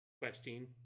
Questing